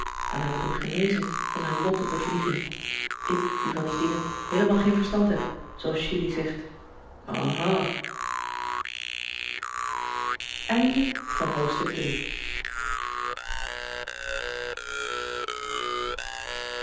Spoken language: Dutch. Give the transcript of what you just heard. dan heb ik hem genezen van zijn lottebevlieging ik die van die dingen heelemaal geen verstand heb zooals julie zegt